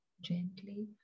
gently